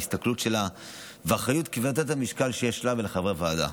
בהסתכלות שלה ובאחריות כבדת המשקל שיש לה ולחברי הוועדה.